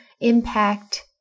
impact